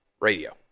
Radio